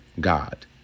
god